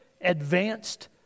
advanced